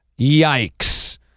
Yikes